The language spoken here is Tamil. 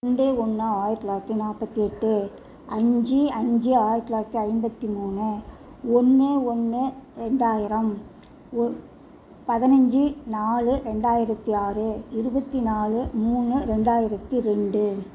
ரெண்டு ஒன்று ஆயிரத்தி தொள்ளாயிரத்தி நாற்பத்தி எட்டு அஞ்சு அஞ்சு ஆயிரத்தி தொள்ளாயிரத்தி ஐம்பத்தி மூணு ஒன்று ஒன்று ரெண்டாயிரம் ஒ பதினஞ்சி நாலு ரெண்டாயிரத்தி ஆறு இருபத்தி நாலு மூணு ரெண்டாயிரத்தி ரெண்டு